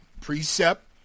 precept